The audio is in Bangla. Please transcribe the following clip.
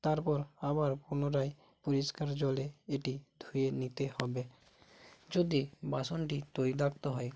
তারপর আবার পুনরায় পরিষ্কার জলে এটি ধুয়ে নিতে হবে যদি বাসনটি তৈলাক্ত হয়